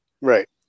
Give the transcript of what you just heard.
right